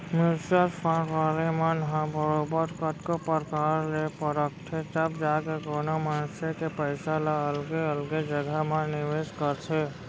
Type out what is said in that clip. mutual fund वाले मन ह बरोबर कतको परकार ले परखथें तब जाके कोनो मनसे के पइसा ल अलगे अलगे जघा म निवेस करथे